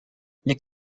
les